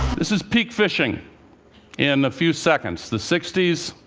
this is peak fishing in a few seconds. the sixty s.